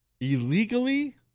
illegally